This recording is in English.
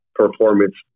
performance